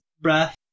breath